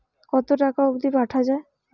কতো টাকা অবধি পাঠা য়ায়?